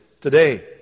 today